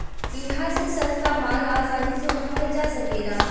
इहा से सस्ता माल आसानी से उठावल जा सकेला